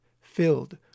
filled